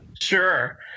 Sure